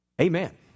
Amen